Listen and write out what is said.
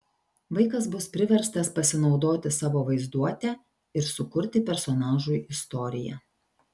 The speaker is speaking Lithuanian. vaikas bus priverstas pasinaudoti savo vaizduote ir sukurti personažui istoriją